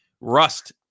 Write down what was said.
Rust